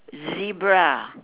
zebra